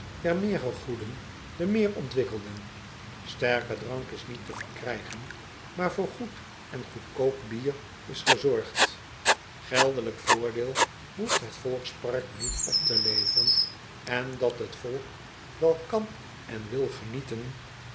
meer gegoeden der meer ontwikkelden terke drank is niet te verkrijgen maar voor goed en goedkoop bier is gezorgd eldelijk voordeel behoeft het volkspark niet op te leveren en dat het volk wel kan en wil genieten